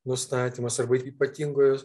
nustatymas arba ypatingojo